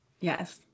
Yes